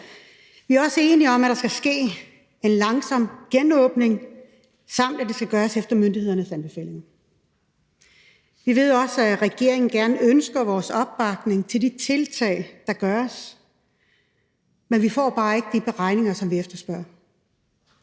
Vi er også enige om, at der skal ske en langsom genåbning, samt at det skal gøres efter myndighedernes anbefalinger. Vi ved også, at regeringen ønsker vores opbakning til de tiltag, der gøres, men vi får bare ikke de beregninger, som vi efterspørger.